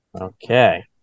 Okay